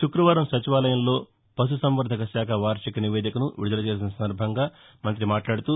శుక్రవారం సచివాలయంలో పశుసంవర్గక శాఖ వార్టిక నివేదికను విడుదల చేసిన సందర్భంగా మంత్రి మాట్లాడుతూ